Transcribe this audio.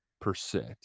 percent